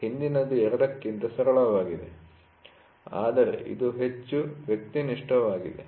ಹಿಂದಿನದು ಎರಡಕ್ಕಿಂತ ಸರಳವಾಗಿದೆ ಆದರೆ ಇದು ಹೆಚ್ಚು ವ್ಯಕ್ತಿನಿಷ್ಠವಾಗಿದೆ